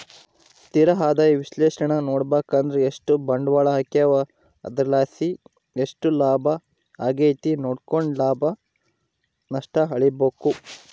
ಸ್ಥಿರ ಆದಾಯ ವಿಶ್ಲೇಷಣೇನಾ ನೋಡುಬಕಂದ್ರ ಎಷ್ಟು ಬಂಡ್ವಾಳ ಹಾಕೀವೋ ಅದರ್ಲಾಸಿ ಎಷ್ಟು ಲಾಭ ಆಗೆತೆ ನೋಡ್ಕೆಂಡು ಲಾಭ ನಷ್ಟ ಅಳಿಬಕು